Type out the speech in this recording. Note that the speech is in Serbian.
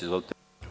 Izvolite.